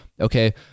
Okay